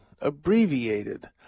abbreviated